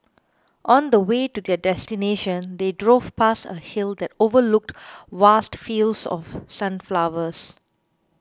on the way to their destination they drove past a hill that overlooked vast fields of sunflowers